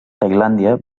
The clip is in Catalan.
tailàndia